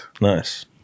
nice